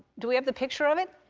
do we have the picture of it?